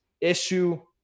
issue